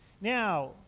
Now